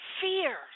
fear